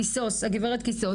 גברת קיסוס